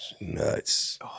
Nuts